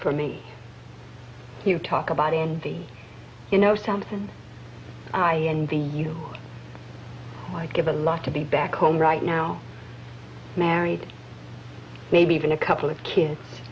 for me you talk about in the you know something i envy you i give a lot to be back home right now married maybe even a couple of kids